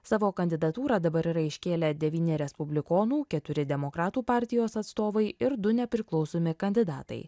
savo kandidatūrą dabar yra iškėlę devyni respublikonų keturi demokratų partijos atstovai ir du nepriklausomi kandidatai